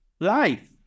life